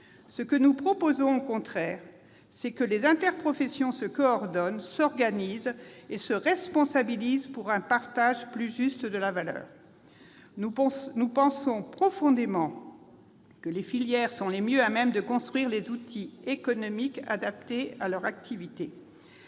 Ce que nous proposons, au contraire, c'est que les interprofessions se coordonnent, s'organisent et se responsabilisent pour établir un partage plus juste de la valeur. Nous croyons profondément que ce sont les filières qui sont le mieux à même de construire les outils économiques adaptés à leur activité.